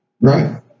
right